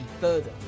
further